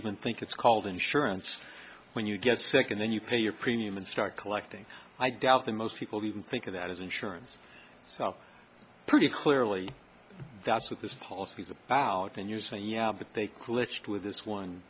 even think it's called insurance when you get sick and then you pay your premium and start collecting i doubt that most people even think of that as insurance so pretty clearly that's what this policy is about and you say yeah but they clicked with this one